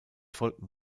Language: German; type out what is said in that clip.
folgten